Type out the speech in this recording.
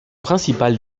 principale